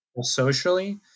socially